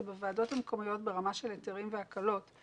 בוועדות המקומיות ברמה של היתרים והקלות.